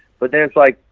but then it's like,